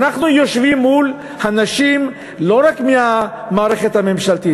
אנחנו יושבים מול אנשים לא רק מהמערכת הממשלתית,